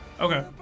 Okay